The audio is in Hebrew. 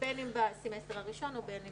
בין אם במחצית הראשונה ובין אם